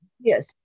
yes